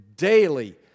Daily